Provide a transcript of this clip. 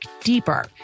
deeper